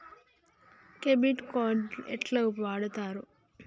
Debit card ఎట్లా వాడుతరు?